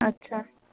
ਅੱਛਾ